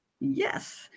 Yes